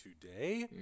today